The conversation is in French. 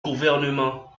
gouvernement